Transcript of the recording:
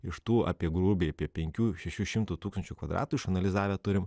iš tų apie grubiai apie penkių šešių šimtų tūkstančių kvadratų išanalizavę turim